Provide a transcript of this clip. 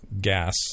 gas